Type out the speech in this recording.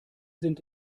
sind